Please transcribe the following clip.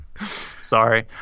Sorry